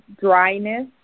dryness